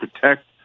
protect